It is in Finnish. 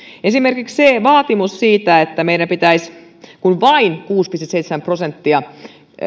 esimerkiksi vaatimus siitä että meidän pitäisi kun vain kuusi pilkku seitsemän prosenttia